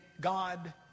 God